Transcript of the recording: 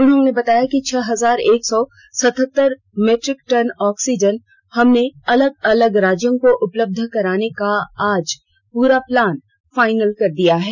उन्होंने बताया कि छह हजार एक सौ सतहत्तर मीट्रिक टन ऑक्सीजन हमने अलग अलग राज्यों को उपलब्ध कराने का आज पूरा प्लान फाइनल कर दिया है